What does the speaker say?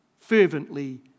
fervently